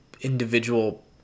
individual